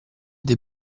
dei